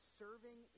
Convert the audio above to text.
serving